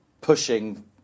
pushing